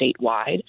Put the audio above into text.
statewide